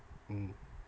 mm